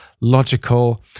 logical